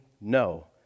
no